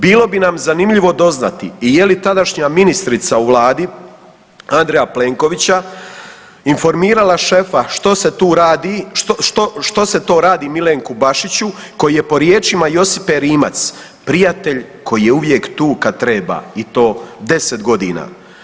Bilo bi nam zanimljivo doznati i je li tadašnja ministrica u vladi Andreja Plenkovića informirala šefa što se tu radi, što, što, što se to radi Milenku Bašiću koji je po riječima Josipe Rimac prijatelj koji je uvijek tu kad treba i to 10.g.